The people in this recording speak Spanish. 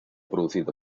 producido